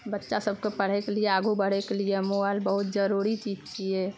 बच्चा सबके पढ़यके लिए आगू बढ़यके लिए मोबाइल बहुत जरूरी चीज छियै